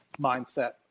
mindset